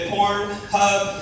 Pornhub